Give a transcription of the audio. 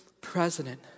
president